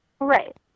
Right